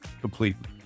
completely